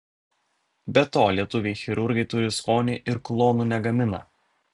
be to lietuviai chirurgai turi skonį ir klonų negamina